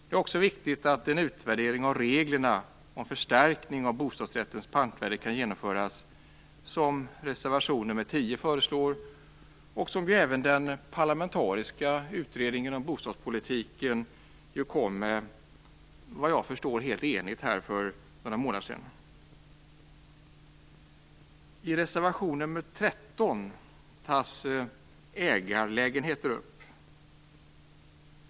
Det är också viktigt att en utvärdering av reglerna om förstärkning av bostadsrättens pantvärde kan genomföras, något som föreslås i reservation 10 och som ju även den parlamentariska utredningen om bostadspolitiken, helt enigt vad jag förstår, för några månader kom fram till. I reservation 13 tas ägarlägenheter upp.